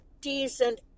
decent